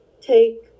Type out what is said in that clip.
take